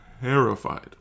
terrified